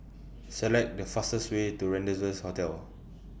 Select The fastest Way to Rendezvous Hotel